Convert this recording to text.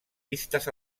vistes